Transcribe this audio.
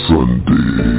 Sunday